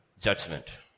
judgment